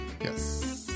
Yes